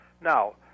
Now